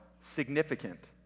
significant